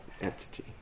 entity